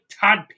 Todd